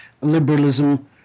liberalism